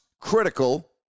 critical